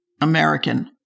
American